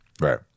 Right